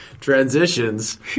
transitions